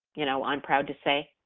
you know, i'm proud to say,